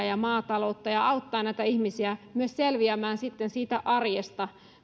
ja maataloutta ja auttaa näitä ihmisiä myös selviämään sitten siitä arjesta